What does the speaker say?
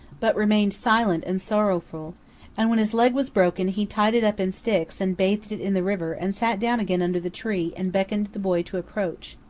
but remained silent and sorrowful and when his leg was broken he tied it up in sticks and bathed it in the river and sat down again under the tree and beckoned the boy to approach.